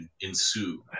ensue